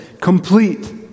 Complete